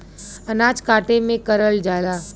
अनाज काटे में करल जाला